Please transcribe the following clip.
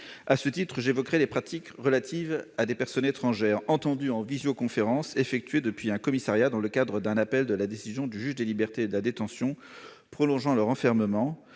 À ce titre, j'évoquerai les pratiques relatives à des personnes étrangères « entendues » en visioconférences effectuées depuis un commissariat dans le cadre d'un appel de la décision du juge des libertés et de la détention prolongeant leur enfermement,